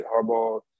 Harbaugh